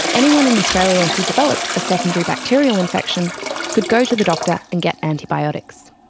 anyone in australia who developed a secondary bacterial infection could go to the doctor and get antibiotics.